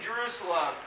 Jerusalem